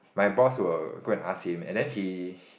my boss will go and ask him and then he